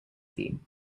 theme